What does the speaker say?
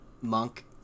Monk